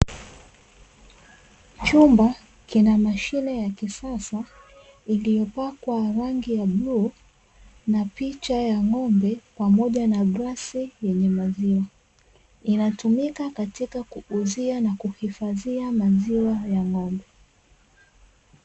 Chumba kina mashine ya kisasa iliyopakwa rangi ya bluu na picha ya ng'ombe pamoja na glasi yenye maziwa, inatumika kukuzia na kuhifadhia maziwa ya ng'ombe.